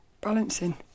balancing